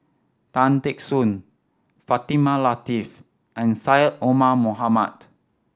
Tan Teck Soon Fatimah Lateef and Syed Omar Mohamed